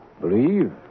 Believe